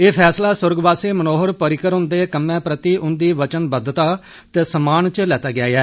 एह् फैसला सुर्गवासी मनोहर पर्रिकर उन्दे कम्मै प्रति उन्दी वचनबद्दता ते सम्मान च लैता गेआ ऐ